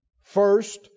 first